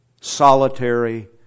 solitary